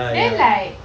then like